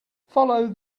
follow